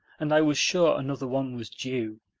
and i was sure another one was due.